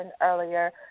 earlier